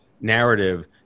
narrative